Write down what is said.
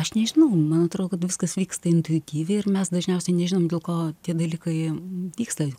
aš nežinau man atrodo kad viskas vyksta intuityviai ir mes dažniausiai nežinom dėl ko tie dalykai vyksta